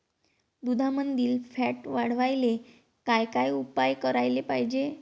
दुधामंदील फॅट वाढवायले काय काय उपाय करायले पाहिजे?